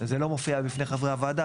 זה לא מופיע בפני חברי הוועדה,